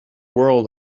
world